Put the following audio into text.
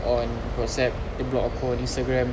on WhatsApp dia block aku on Instagram